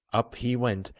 up, he went,